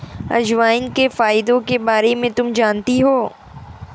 अजवाइन के फायदों के बारे में तुम जानती हो?